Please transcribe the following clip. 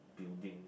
building